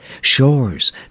Shores